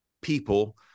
people